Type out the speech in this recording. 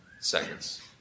seconds